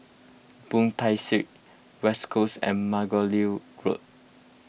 Boon Tat Street West Coast and Margoliouth Road